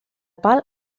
pal